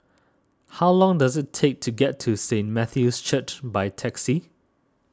how long does it take to get to Saint Matthew's Church by taxi